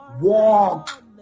Walk